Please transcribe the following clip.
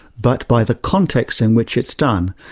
but by the context in which it's done.